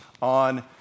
on